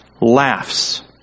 Laughs